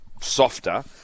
softer